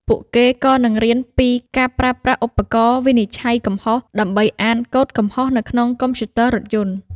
ពួកគេក៏នឹងរៀនពីការប្រើប្រាស់ឧបករណ៍វិនិច្ឆ័យកំហុស ដើម្បីអានកូដកំហុសនៅក្នុងកុំព្យូទ័ររថយន្ត។